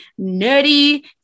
nerdy